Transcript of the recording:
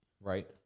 right